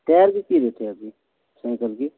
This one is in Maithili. टायरके की रेट हय अभी साइकलके